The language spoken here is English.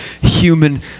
human